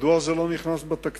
מדוע זה לא נכנס לתקציב?